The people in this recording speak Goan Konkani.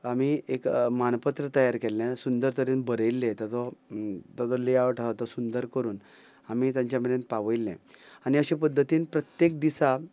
आमी एक मानपत्र तयार केल्लें सुंदर तरेन बरयिल्लें ताजो ताजो लेआवट आहा तो सुंदर करून आमी तांच्या मेरेन पावयल्लें आनी अशें पद्दतीन प्रत्येक दिसा